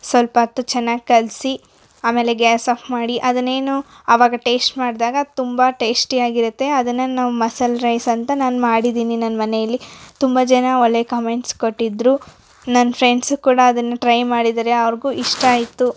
ಸ್ವಲ್ಪ ಹೊತ್ತು ಚೆನ್ನಾಗಿ ಕಲಿಸಿ ಆಮೇಲೆ ಗ್ಯಾಸ್ ಓಫ್ ಮಾಡಿ ಅದನ್ನೇನೂ ಆವಾಗ ಟೇಸ್ಟ್ ಮಾಡಿದಾಗ ತುಂಬಾ ಟೇಸ್ಟಿಯಾಗಿರುತ್ತೆ ಅದನ್ನ ನಾವು ಮಸಾಲೆ ರೈಸ್ ಅಂತ ನಾನು ಮಾಡಿದ್ದೀನಿ ನನ್ನ ಮನೇಲಿ ತುಂಬಾ ಜನಾ ಒಳ್ಳೆ ಕಾಮೆಂಟ್ಸ್ ಕೊಟ್ಟಿದ್ದರು ನನ್ನ ಫ್ರೆಂಡ್ಸ್ ಕೂಡ ಅದನ್ನು ಟ್ರೈ ಮಾಡಿದ್ದಾರೆ ಅವರಿಗೂ ಇಷ್ಟ ಆಯಿತು